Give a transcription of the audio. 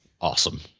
Awesome